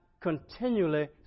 continually